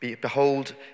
Behold